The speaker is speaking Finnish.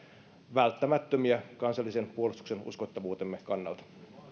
välttämättömiä kansallisen puolustuksemme uskottavuuden kannalta